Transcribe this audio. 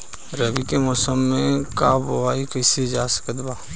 रवि के मौसम में का बोआई कईल जा सकत बा?